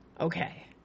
Okay